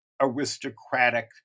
aristocratic